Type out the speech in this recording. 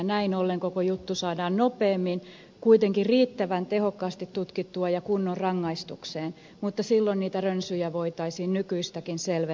näin ollen koko juttu saadaan nopeammin kuitenkin riittävän tehokkaasti tutkittua ja kunnon rangaistukseen mutta silloin niitä rönsyjä voitaisiin nykyistäkin selvemmin katkaista